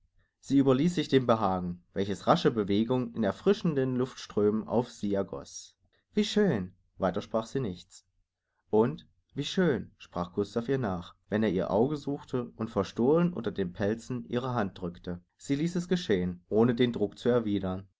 sie überließ sich dem behagen welches rasche bewegung in erfrischenden luftströmen auf sie ergoß wie schön weiter sprach sie nichts und wie schön sprach gustav ihr nach wenn er ihr auge suchte und verstohlen unter den pelzen ihre hand drückte sie ließ es geschehen ohne den druck zu erwidern